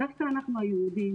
דווקא אנחנו היהודים,